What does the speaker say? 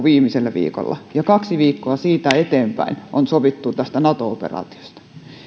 viimeisellä viikolla ja kaksi viikkoa siitä eteenpäin on sovittu tästä nato operaatiosta